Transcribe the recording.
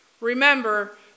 Remember